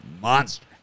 monster